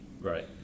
Right